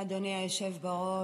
תודה, אדוני היושב בראש.